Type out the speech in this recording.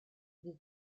des